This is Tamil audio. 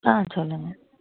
ஆ சொல்லுங்க